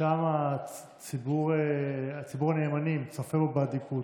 ושם ציבור הנאמנים צופה בו באדיקות,